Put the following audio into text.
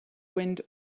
wind